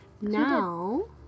Now